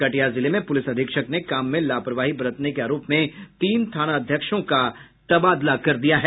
कटिहार जिले में पुलिस अधीक्षक ने काम में लापरवाही बरतने के आरोप में तीन थानाध्यक्षों का तबादला कर दिया है